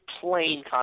plain